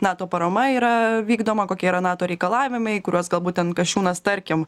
nato parama yra vykdoma kokie yra nato reikalavimai kuriuos galbūt ten kasčiūnas tarkim